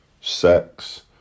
sex